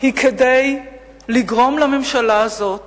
היא כדי לגרום לממשלה הזאת